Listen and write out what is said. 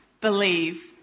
believe